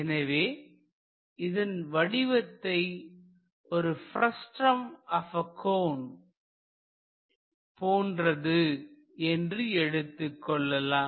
எனவே இதன் வடிவத்தை ஒரு ப்ரஸ்ற்றம் ஆப் எ கோன் போன்றது என்று எடுத்துக்கொள்ளலாம்